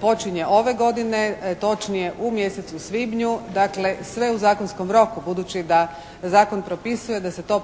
počinje ove godine, točnije u mjesecu svibnju. Dakle, sve u zakonskom roku. Budući da zakon propisuje da se to